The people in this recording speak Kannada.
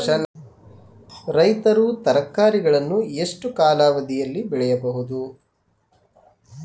ರೈತರು ತರಕಾರಿಗಳನ್ನು ಎಷ್ಟು ಕಾಲಾವಧಿಯಲ್ಲಿ ಬೆಳೆಯಬಹುದು?